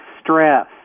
stress